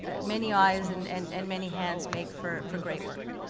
ah many eyes, and. and and many hands make for, for great work.